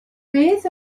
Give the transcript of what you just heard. beth